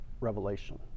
Revelation